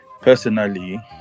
personally